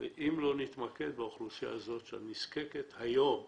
ואם לא נתמקד באוכלוסייה הזאת שנזקקת היום,